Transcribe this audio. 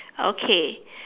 okay